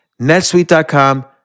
netsuite.com